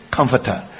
Comforter